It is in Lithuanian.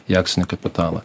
į akcinį kapitalą